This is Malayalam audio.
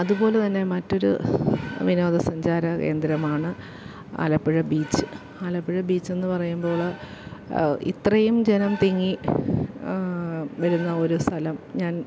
അതുപോലെതന്നെ മറ്റൊരു വിനോദ സഞ്ചാര കേന്ദ്രമാണ് ആലപ്പുഴ ബീച്ച് ആലപ്പുഴ ബീച്ചെന്ന് പറയുമ്പോൾ ഇത്രയും ജനം തിങ്ങി വരുന്ന ഒരു സ്ഥലം ഞാൻ